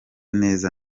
neza